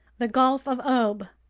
the gulf of ob,